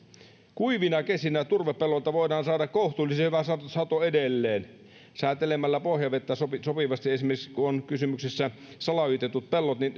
kuivina kesinä turvepelloilta voidaan saada kohtuullisen hyvä sato sato edelleen säätelemällä pohjavettä sopivasti esimerkiksi kun on kysymyksessä salaojitetut pellot niin